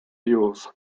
fuels